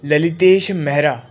Lalitesh Mehra